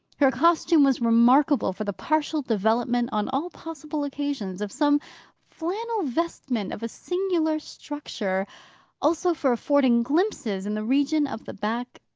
her costume was remarkable for the partial development, on all possible occasions, of some flannel vestment of a singular structure also for affording glimpses, in the region of the back,